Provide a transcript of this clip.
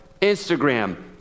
Instagram